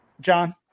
John